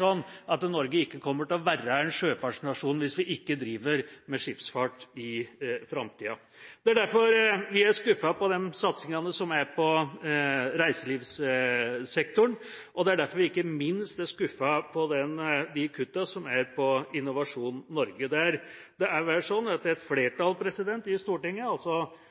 sånn at Norge ikke kommer til å være en sjøfartsnasjon hvis vi ikke driver med skipsfart i framtida. Det er derfor vi er skuffet over satsingene i reiselivssektoren, og det er – ikke minst – derfor vi er skuffet over de kuttene som er gjort på Innovasjon Norge. Det er et flertall i Stortinget, altså